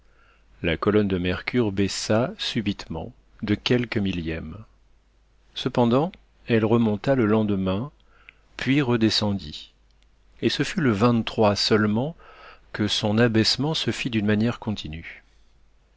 la colonne de mercure baissa subitement de quelques millièmes cependant elle remonta le lendemain puis redescendit et ce fut le seulement que son abaissement se fit d'une manière continue